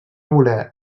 voler